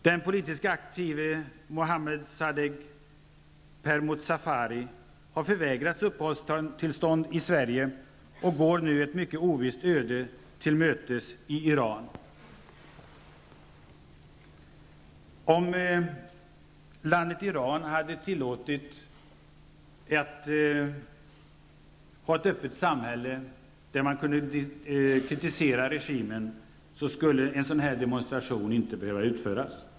Den politiskt aktive Mohammad-Sadegh Pormozafari har förvägrats uppehållstillstånd i Sverige och går nu ett mycket ovisst öde till mötes i Iran. Om landet Iran hade tillåtit ett öppet samhälle där det hade varit möjligt att kritisera regimen, skulle en sådan här demonstration inte vara nödvändig.